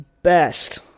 Best